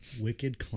Wicked